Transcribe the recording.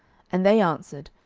and they answered,